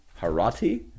Harati